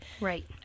Right